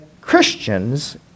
Christians